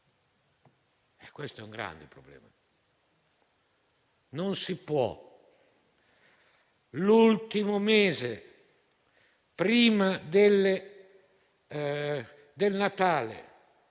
Questo è un grande problema. Non si può, l'ultimo mese prima del Natale,